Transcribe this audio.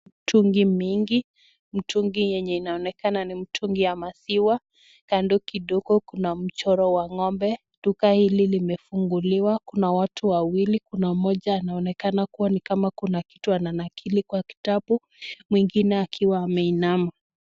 Mtungi mingi, mtungi yenye inaonekana ni mtungi ya maziwa. Kando kidogo kuna mchoro wa ngombe. Duka hili limefunguliwa, kuna watu wawili. Kuna mmoja anaonekana kuwa ni kama kuna kitu ananakili kwa kitabu mwingine akiwa ameinama.